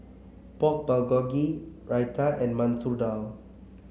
Pork Bulgogi Raita and Masoor Dal